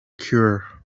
cure